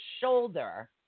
shoulder